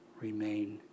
remain